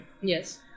Yes